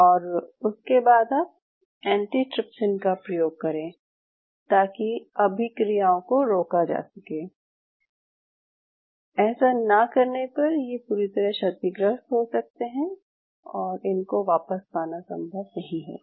और उसके बाद आप एंटीट्रिप्सिन का प्रयोग करें ताकि अभिक्रियाओं को रोका जा सके ऐसा ना करने पर ये पूरी तरह क्षतिग्रस्त हो सकते हैं और इनको वापस पाना संभव नहीं होगा